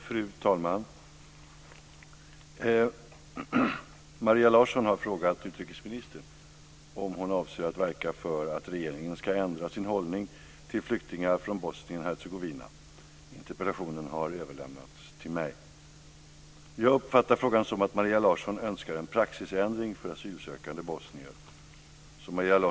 Fru talman! Maria Larsson har frågat utrikesministern om hon avser att verka för att regeringen ska ändra sin hållning till flyktingar från Bosnien-Hercegovina. Interpellationen har överlämnats till mig. Jag uppfattar frågan som att Maria Larsson önskar en praxisändring för asylsökande bosnier.